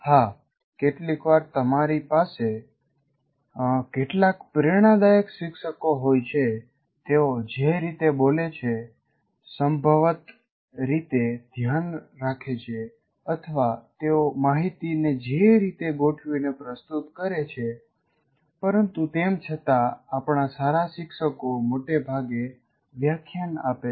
હા કેટલીકવાર તમારી પાસે કેટલાક પ્રેરણાદાયક શિક્ષકો હોય છે તેઓ જે રીતે બોલે છે સંભવત રીતે ધ્યાન રાખે છે અથવા તેઓ માહિતીને જે રીતે ગોઠવીને પ્રસ્તુત કરે છે પરંતુ તેમ છતાં આપણા સારા શિક્ષકો મોટે ભાગે વ્યાખ્યાન આપે છે